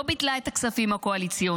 לא ביטלה את הכספים הקואליציוניים,